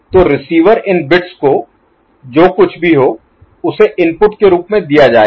तो रिसीवर इन बिट्स को जो कुछ भी है उसे इनपुट के रूप में दिया जाएगा